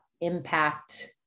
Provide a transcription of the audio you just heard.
impact